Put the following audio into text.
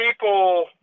people